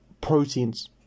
proteins